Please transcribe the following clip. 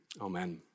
amen